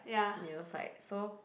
neuro side so